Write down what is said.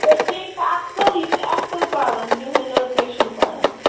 بٔچی ہے چھِ اَصٕل یہِ چھِ اَصٕل پَران یِہَے لٔڑکَے چھُنہٕ پَران